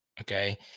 Okay